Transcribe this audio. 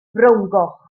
frowngoch